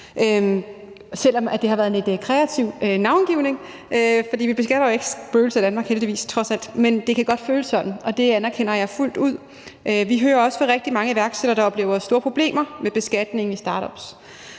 selv om der har været en lidt kreativ navngivning, for trods alt beskatter vi heldigvis ikke spøgelser i Danmark, men det kan godt føles sådan. Det anerkender jeg fuldt ud. Vi hører også fra rigtig mange iværksættere, der oplever store problemer med beskatningen i startups.